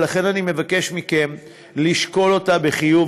ולכן אני מבקש מכם לשקול אותה בחיוב,